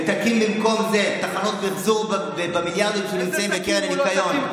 ותקים במקום זה תחנות מחזור במיליארדים שנמצאים בקרן לניקיון.